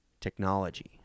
technology